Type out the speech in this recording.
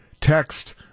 text